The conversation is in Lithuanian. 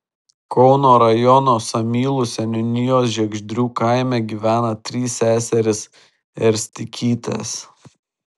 kauno rajono samylų seniūnijos žiegždrių kaime gyvena trys seserys erstikytės